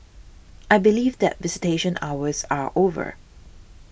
I believe that visitation hours are over